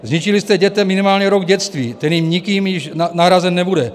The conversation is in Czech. Zničili jste dětem minimálně rok dětství, který nikým již nahrazen nebude.